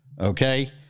okay